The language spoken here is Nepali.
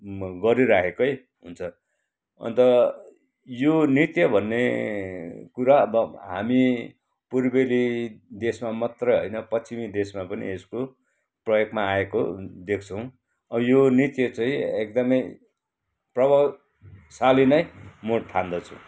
गरिरहेकै हुन्छ अन्त यो नृत्य भन्ने कुरा अब हामी पूर्वेली देशमा मात्रै होइन पच्छिमी देशमा पनि यसको प्रयोगमा आएको देख्छौँ यो नृत्य चाहिँ एकदमै प्रभावशाली नै म ठान्दछु